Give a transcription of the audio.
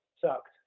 sucked